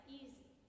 easy